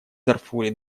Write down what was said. дарфуре